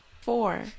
Four